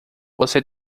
você